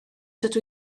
dydw